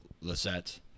Lisette